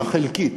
החלקית.